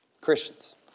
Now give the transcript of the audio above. Christians